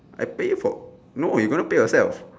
I pay for no you gonna pay yourself